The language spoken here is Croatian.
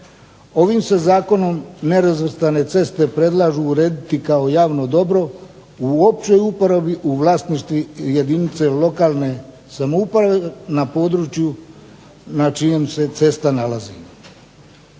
Ovim se zakonom nerazvrstane ceste predlažu urediti kao javno dobro u općoj uporabi u vlasništvu jedinice lokalne samouprave na području na čijem se nalazi.